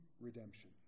redemption